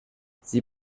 sie